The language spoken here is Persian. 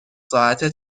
ساعته